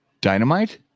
Dynamite